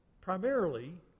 primarily